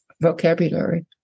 vocabulary